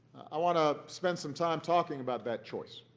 i want to spend some time talking about that choice